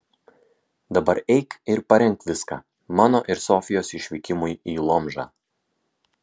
dabar eik ir parenk viską mano ir sofijos išvykimui į lomžą